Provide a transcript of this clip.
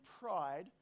pride